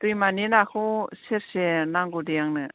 दैमानि नाखौ सेरसे नांगौ दे आंनो